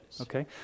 Okay